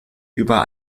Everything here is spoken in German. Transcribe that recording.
über